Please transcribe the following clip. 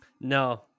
no